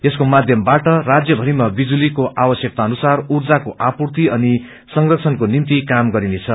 यसको माध्यमबाट राज्य भरिमा बिजुलीको आवश्यक्ता अनुसार ऊर्जाको आपूवि अनि संरक्षणको निम्ति काम गरिनेछ